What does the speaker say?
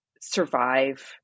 survive